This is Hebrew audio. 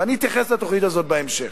ואני אתייחס לתוכנית הזאת בהמשך.